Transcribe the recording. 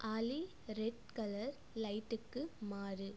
ஆலி red colour லைட்டுக்கு மாறு